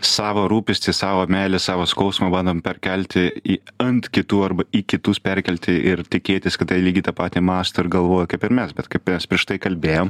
savo rūpestį savo meilę savo skausmą bandom perkelti į ant kitų arba į kitus perkelti ir tikėtis kad jie lygiai tą patį mąsto ir galvoja kaip ir mes bet kaip mes prieš tai kalbėjom